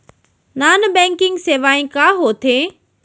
non banking सेवाएं का होथे